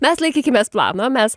mes laikykimės plano mes